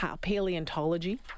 Paleontology